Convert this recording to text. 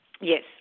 Yes